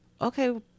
okay